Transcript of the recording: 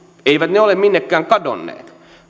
eivät he ole minnekään kadonneet